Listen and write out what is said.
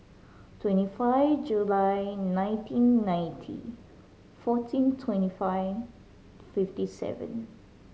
twenty five July nineteen ninety fourteen twenty five fifty seven